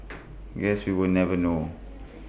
guess we will never know